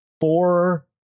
four